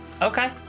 Okay